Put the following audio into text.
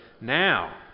now